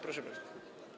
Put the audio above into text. Proszę bardzo.